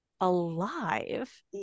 Alive